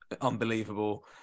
unbelievable